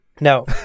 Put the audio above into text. no